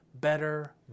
better